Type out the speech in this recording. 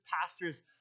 pastors